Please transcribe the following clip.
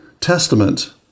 testament